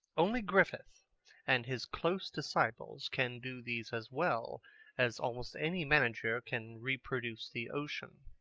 only griffith and his close disciples can do these as well as almost any manager can reproduce the ocean.